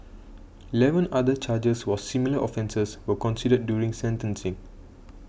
eleven other charges for similar offences were considered during sentencing